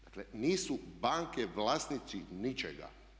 Dakle, nisu banke vlasnici ničega.